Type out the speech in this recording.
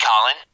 Colin